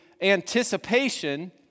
anticipation